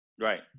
Right